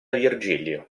virgilio